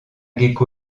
gecko